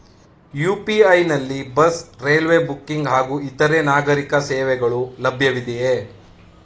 UPI ನಲ್ಲಿ bus, railway booking ಹಾಗೂ ಇತರೆ ನಾಗರೀಕ ಸೇವೆಗಳು ಲಭ್ಯವಿದೆಯೇ?